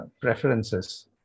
preferences